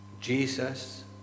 Jesus